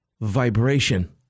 vibration